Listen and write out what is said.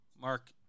Mark